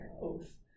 Oath